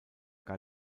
gar